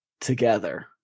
together